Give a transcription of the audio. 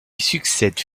succèdent